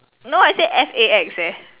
no I said S a X eh